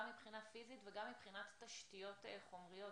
גם מבחינה פיזית וגם מבחינת תשתיות חומריות,